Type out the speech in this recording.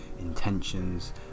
intentions